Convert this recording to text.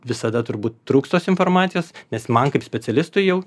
visada turbūt trūks tos informacijos nes man kaip specialistui jau